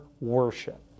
worship